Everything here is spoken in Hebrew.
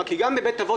גם בבתי אבות,